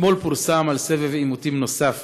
אתמול פורסם על סבב עימותים נוסף